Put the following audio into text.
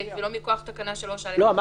"מקום תחום המנוהל על ידי" למעט,